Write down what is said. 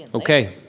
okay,